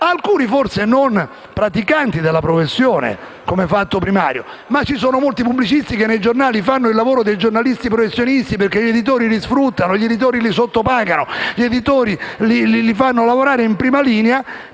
Alcuni forse non sono praticanti della professione come fatto primario; ma ci sono molti pubblicisti che nei giornali fanno il lavoro dei giornalisti professionisti, perché gli editori li sfruttano, gli editori li sottopagano, gli editori li fanno lavorare in prima linea.